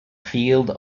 field